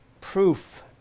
proof